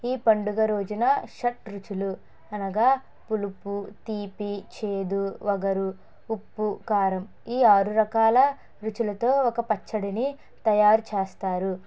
ఈ పండుగ రోజున షడ్రుచులు అనగా పులుపు తీపి చేదు వగరు ఉప్పు కారం ఈ ఆరు రకాల రుచులతో ఒక పచ్చడిని తయారు చేస్తారు